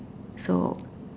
so